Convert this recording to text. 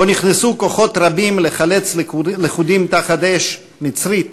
שבו נכנסו כוחות רבים לחלץ לכודים תחת אש מצרית,